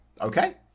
Okay